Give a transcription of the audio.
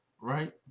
right